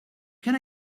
can